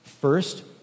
First